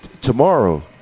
Tomorrow